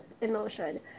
emotion